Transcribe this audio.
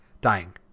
Dying